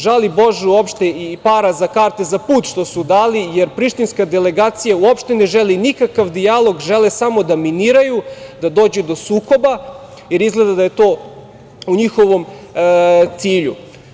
Žali Bože uopšte i para za karte, za put što su dali, jer prištinska delegacija uopšte ne želi nikakav dijalog, žele samo da miniraju, da dođe do sukoba, jer izgleda da je to u njihovom cilju.